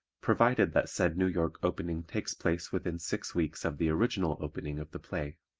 provided that said new york opening takes place within six weeks of the original opening of the play.